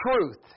truth